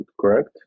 correct